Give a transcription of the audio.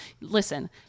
Listen